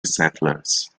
settlers